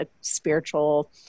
spiritual